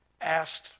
asked